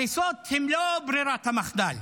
הריסות הן לא ברירת המחדל.